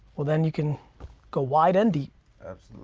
well then you can go wide and deep.